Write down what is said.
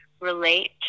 relate